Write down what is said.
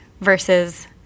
versus